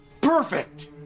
Perfect